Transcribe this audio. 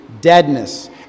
deadness